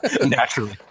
Naturally